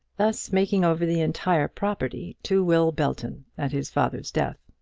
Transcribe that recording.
thus making over the entire property to will belton at his father's death.